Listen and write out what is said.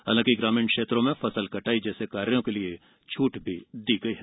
वहीं ग्रामीण क्षेत्रों में फसल कटाई जैसे कार्यों में छुट दी गई है